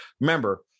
remember